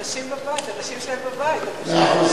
הנשים בבית, הנשים שלהם בבית, מאה אחוז.